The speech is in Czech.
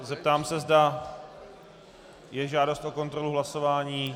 Zeptám se, zda je žádost o kontrolu hlasování.